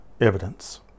evidence